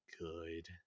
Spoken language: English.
good